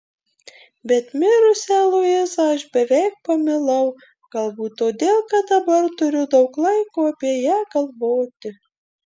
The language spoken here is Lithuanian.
bet mirusią luizą aš beveik pamilau galbūt todėl kad dabar turiu daug laiko apie ją galvoti